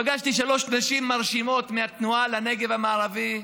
פגשתי שלוש נשים מרשימות מהתנועה לנגב המערבי.